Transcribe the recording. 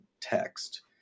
text